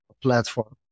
platform